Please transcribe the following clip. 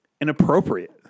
Inappropriate